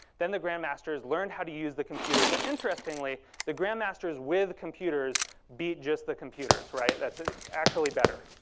then the grand masters learned how to use the computers and interestingly, the grand masters with computers beat just the computers. that's ah actually better.